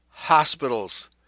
Hospitals